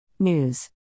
News